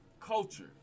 culture